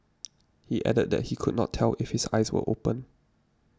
he added that he could not tell if his eyes were open